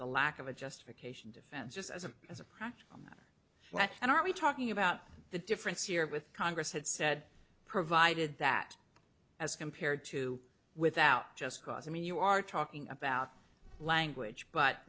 the lack of a justification defense just as a as a practical matter what and are we talking about the difference here with congress had said provided that as compared to without just cause i mean you are talking about language but